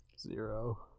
zero